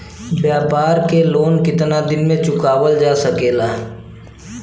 व्यापार के लोन कितना दिन मे चुकावल जा सकेला?